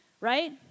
right